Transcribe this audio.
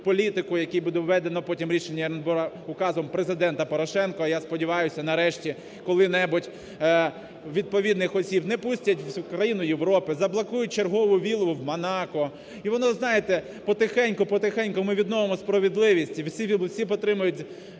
який буде введено потім рішенням… указом Президента Порошенка. Я сподіваюсь, нарешті, коли-небудь відповідних осіб не пустять в країни Європи, заблокують чергову віллу в Монако. І воно, знаєте, по-тихеньку, по-тихеньку ми відновимо справедливість, і всі отримають